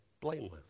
blameless